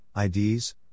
IDs